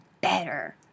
better